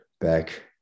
back